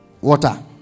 water